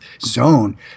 zone